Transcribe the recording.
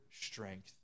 strength